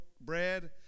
bread